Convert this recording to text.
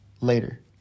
later